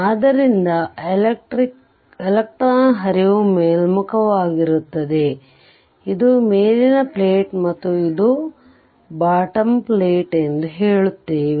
ಆದ್ದರಿಂದ ಎಲೆಕ್ಟ್ರಾನ್ ಹರಿವು ಮೇಲ್ಮುಖವಾಗಿರುತ್ತದೆ ಆದ್ದರಿಂದ ಇದು ಮೇಲಿನ ಪ್ಲೇಟ್ ಮತ್ತು ಇದು ಬಾಟಮ್ ಪ್ಲೇಟ್ ಎಂದು ಹೇಳುತ್ತೇವೆ